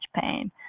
pain